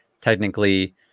technically